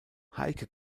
heike